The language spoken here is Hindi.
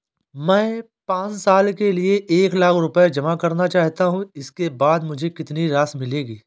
मैं पाँच साल के लिए एक लाख रूपए जमा करना चाहता हूँ इसके बाद मुझे कितनी राशि मिलेगी?